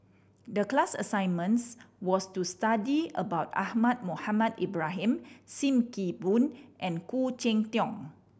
the class assignments was to study about Ahmad Mohamed Ibrahim Sim Kee Boon and Khoo Cheng Tiong